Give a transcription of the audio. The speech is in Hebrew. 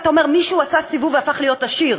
אתה אומר: מישהו עשה סיבוב והפך להיות עשיר.